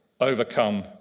overcome